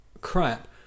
crap